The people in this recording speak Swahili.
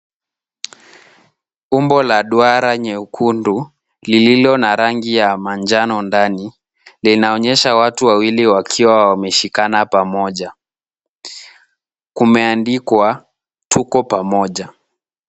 Umbo la duara nyekundu lililo na rangi ya manjano ndani linaonyesha watu wawili wakiwa wameshikana pamoja. Kumeandikwa Tuko pamoja.